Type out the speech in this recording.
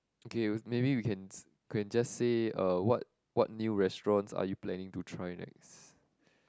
okay maybe we can s~ we can just say uh what what new restaurants are you planning to try next